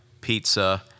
pizza